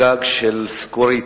גג של סיקורית.